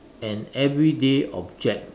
an everyday object